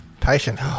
Patient